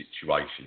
situation